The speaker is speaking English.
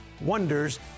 wonders